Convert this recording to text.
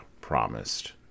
promised